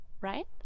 right